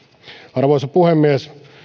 arvoisa puhemies